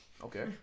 Okay